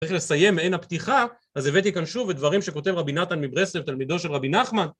צריך לסיים מעין הפתיחה אז הבאתי כאן שוב את דברים שכותב רבי נתן מברסלב תלמידו של רבי נחמן